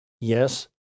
yes